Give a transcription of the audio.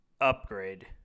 upgrade